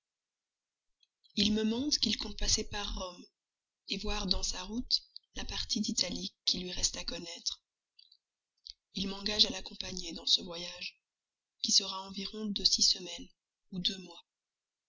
il me mande qu'il compte passer par rome voir dans sa route la partie d'italie qui lui reste à connaître il m'engage à l'accompagner dans ce voyage qui sera environ de six semaines ou deux mois